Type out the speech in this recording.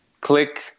click